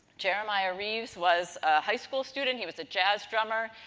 jeremiah reeves was a high school student, he was a jazz drummer,